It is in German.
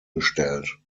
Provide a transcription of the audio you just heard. gestellt